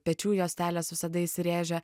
pečių juostelės visada įsirėžę